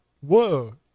Whoa